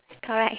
correct